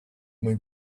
make